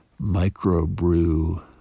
microbrew